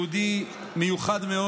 יהודי מיוחד מאוד.